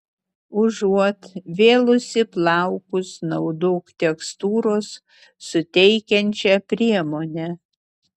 užuot vėlusi plaukus naudok tekstūros suteikiančią priemonę